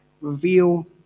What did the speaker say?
Reveal